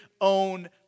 own